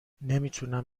نمیتونم